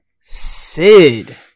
Sid